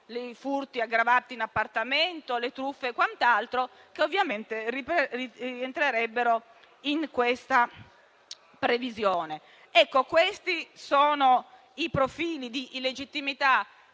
i furti aggravati in appartamento, le truffe e quant'altro, che ovviamente rientrerebbero in questa previsione). Questi sono i profili di illegittimità